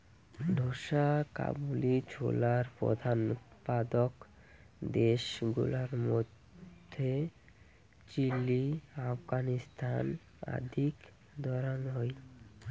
ঢোসা কাবুলি ছোলার প্রধান উৎপাদক দ্যাশ গুলার মইধ্যে চিলি, আফগানিস্তান আদিক ধরাং হই